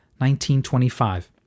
1925